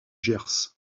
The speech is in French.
gers